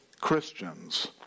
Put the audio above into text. Christians